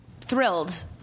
thrilled